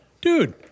Dude